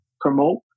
promote